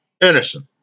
innocent